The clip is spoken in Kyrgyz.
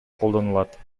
колдонулат